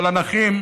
אבל הנכים,